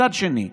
מצד שני,